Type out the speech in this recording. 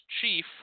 chief